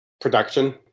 production